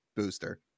booster